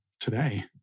today